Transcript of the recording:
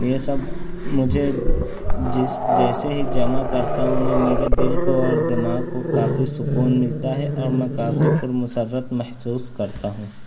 یہ سب مجھے جس جیسے ہی جمع کرتا ہوں میں میرے دل کو اور دماغ کو کافی سکون ملتا ہے اور میں کافی پرمسرت محسوس کرتا ہوں